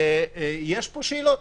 ויש פה שאלות